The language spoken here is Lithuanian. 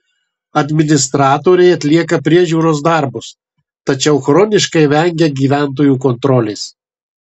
administratoriai atlieka priežiūros darbus tačiau chroniškai vengia gyventojų kontrolės